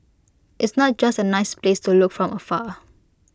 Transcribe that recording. it's not just A nice place to look from afar